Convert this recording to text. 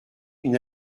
une